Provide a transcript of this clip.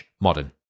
modern